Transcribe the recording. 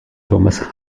thomas